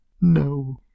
No